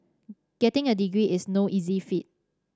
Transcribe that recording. getting a degree is no easy feat